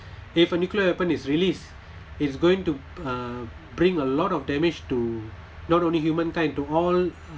if a nuclear weapon is released it's going to uh bring a lot of damage to not only humankind to all